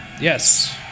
Yes